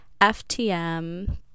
FTM